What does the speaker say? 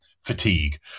fatigue